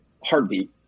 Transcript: heartbeat